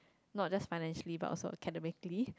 not just financially but also academically